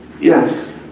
Yes